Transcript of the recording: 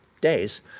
days